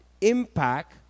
impact